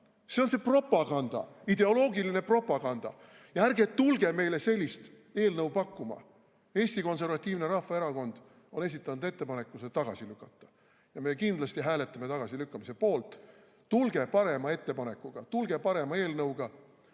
See on propaganda, ideoloogiline propaganda! Ärge tulge meile sellist eelnõu pakkuma. Eesti Konservatiivne Rahvaerakond on esitanud ettepaneku see tagasi lükata ja me kindlasti hääletame tagasilükkamise poolt. Tulge parema ettepanekuga, tulge parema eelnõuga,